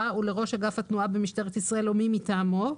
ולראש אגף התנועה במשטרת ישראל או מי מטעמו,